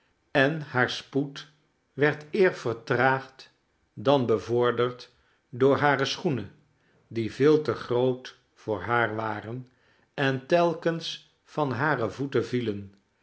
en haar spoed werd eer vertraagd dan bevorderd door hare schoenen die veel te groot voor haar waren en telkens van hare voeten vielen